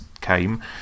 came